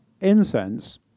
incense